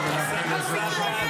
אוה, יצא המרצע מן השק.